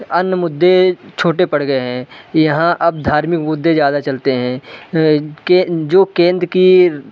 अन्य मुद्दें छोटे पड़ गए हैं यहाँ अब धार्मिक मुद्दें ज़्यादा चलते हैं के जो केंद्र की